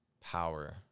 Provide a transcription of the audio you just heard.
power